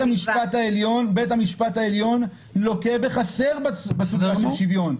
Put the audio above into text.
מציאות שבה בית המשפט העליון לוקה בחסר בסוגיה של שוויון.